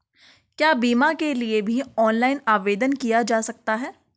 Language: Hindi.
क्या बीमा के लिए भी ऑनलाइन आवेदन किया जा सकता है?